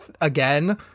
again